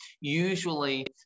Usually